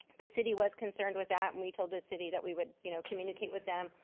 the city was concerned with that, and we told the city that we would you know communicate with them.